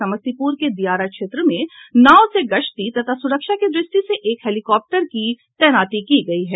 समस्तीपूर के दियारा क्षेत्र में नाव से गश्ती तथा सुरक्षा की दृष्टि से एक हेलीकॉप्टर भी तैनात किया गया है